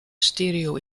stereo